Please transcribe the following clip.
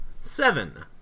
Seven